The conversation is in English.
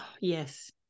yes